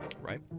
Right